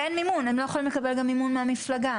אין מימון, הם לא יכולים לקבל מימון מהפלגה.